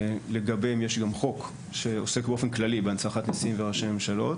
לגביהם יש גם חוק שעוסק באופן כללי בהנצחת נשיאים וראשי ממשלות,